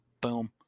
boom